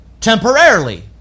temporarily